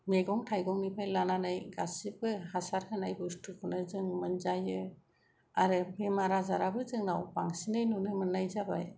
मैगं थायगंनिफ्राय लानानै गासैबो हासार होनाय बुसथुखौनो जों मोनजायो आरो बेमार आजाराबो जोंनाव बांसिनै नुनो मोननाय जाबाय